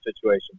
situation